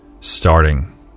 starting